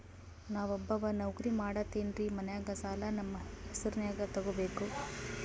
ನಾ ಒಬ್ಬವ ನೌಕ್ರಿ ಮಾಡತೆನ್ರಿ ಮನ್ಯಗ ಸಾಲಾ ನಮ್ ಹೆಸ್ರನ್ಯಾಗ ತೊಗೊಬೇಕ?